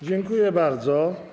Dziękuję bardzo.